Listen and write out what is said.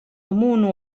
amunt